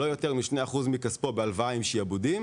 לא יותר מ-2% מכספו בהלוואה עם שעבודים,